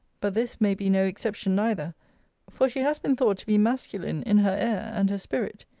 but this may be no exception neither for she has been thought to be masculine in her air and her spirit.